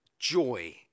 joy